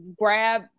grab